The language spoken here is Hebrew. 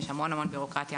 יש המון-המון ביורוקרטיה,